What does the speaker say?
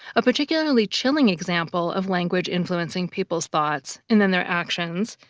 a particularly chilling example of language influencing people's thoughts, and then their actions,